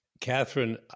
Catherine